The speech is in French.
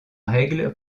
règle